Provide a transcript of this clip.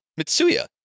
Mitsuya